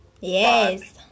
Yes